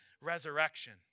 resurrection